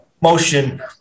motion